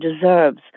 deserves